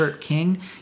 King